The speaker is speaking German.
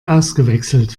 ausgewechselt